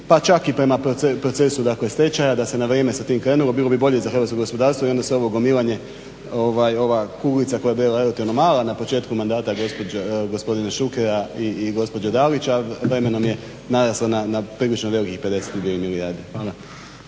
pa čak i prema procesu stečaja da se na vrijeme s tim krenulo bilo bi bolje za hrvatsko gospodarstvo i onda se ovo gomilanje ova kuglica koja je bila relativno mala na početku mandata gospodina Šukera i gospođe Dalić a … približno … 52 milijarde.